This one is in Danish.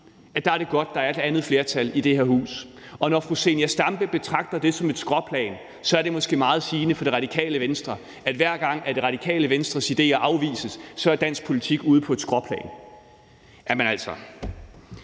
at der er det godt, at der er et andet flertal i det her hus. Og når fru Zenia Stampe betragter det som et skråplan, vil jeg sige, at det måske er meget sigende for Radikale Venstre, at hver gang Radikale Venstres idéer afvises, er dansk politik ude på et skråplan – jamen altså!